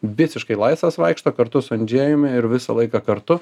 visiškai laisvas vaikšto kartu su andžejumi ir visą laiką kartu